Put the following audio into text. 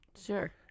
Sure